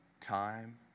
time